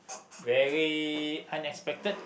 very unexpected